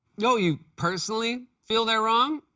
yeah oh, you personally feel they're wrong?